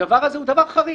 הדבר הזה הוא דבר חריג.